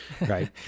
right